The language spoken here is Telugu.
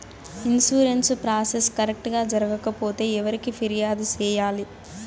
ఇన్సూరెన్సు ప్రాసెస్ కరెక్టు గా జరగకపోతే ఎవరికి ఫిర్యాదు సేయాలి